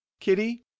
kitty